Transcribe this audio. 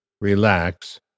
relax